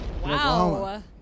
Wow